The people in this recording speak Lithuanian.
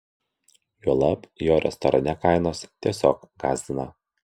juolab jo restorane kainos tiesiog gąsdina